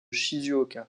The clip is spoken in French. shizuoka